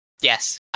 Yes